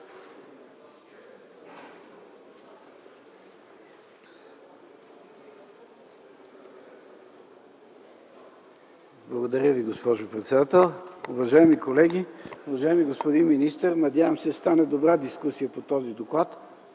Благодаря Ви, госпожо председател. Уважаеми колеги, уважаеми господин министър, надявам се да стане добра дискусия по този доклад,